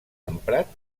emprat